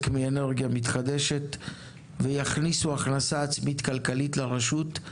מאנרגיה מתחדשת ויכניסו הכנסה עצמית כלכלית לרשות.